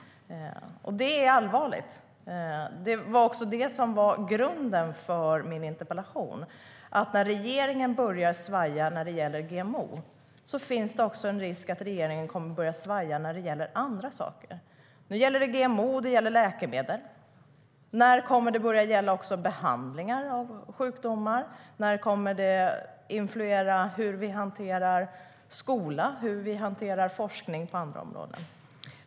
Det är allvarligt. Det var också grunden för min interpellation. När regeringen börjar svaja beträffande GMO finns det risk för att regeringen börjar svaja även när det gäller andra saker. Nu gäller det GMO, och det gäller läkemedel. När kommer det att börja gälla behandling av sjukdomar? När kommer det att influera hur vi hanterar skolan och hur vi hanterar forskning på andra områden?